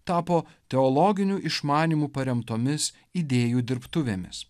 tapo teologiniu išmanymu paremtomis idėjų dirbtuvėmis